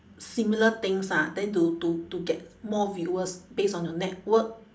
similar things lah then to to to get more viewers based on your network